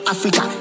Africa